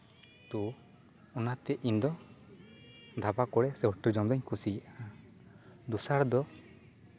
ᱛᱚ ᱚᱱᱟᱛᱮ ᱤᱧ ᱫᱚ ᱫᱷᱟᱵᱟ ᱠᱚᱨᱮ ᱥᱮ ᱦᱳᱴᱮᱞ ᱨᱮ ᱡᱚᱢ ᱫᱩᱧ ᱠᱩᱥᱤᱭᱟᱜᱼᱟ ᱫᱚᱥᱟᱨ ᱫᱚ